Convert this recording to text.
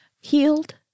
healed